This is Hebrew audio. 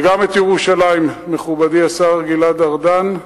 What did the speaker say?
וגם את ירושלים, מכובדי השר גלעד ארדן,